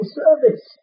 service